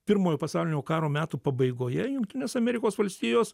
pirmojo pasaulinio karo metų pabaigoje jungtinės amerikos valstijos